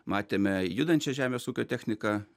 matėme judančią žemės ūkio techniką